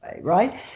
right